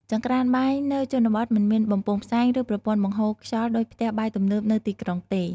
ចង្ក្រានបាយនៅជនបទមិនមានបំពង់ផ្សែង ឬប្រព័ន្ធបង្ហូរខ្យល់ដូចផ្ទះបាយទំនើបនៅទីក្រុងទេ។